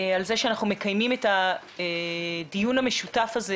על זה שאנחנו מקיימים את הדיון המשותף הזה,